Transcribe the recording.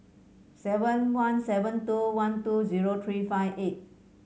seven one seven two one two zero three five eight